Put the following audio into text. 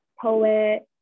poet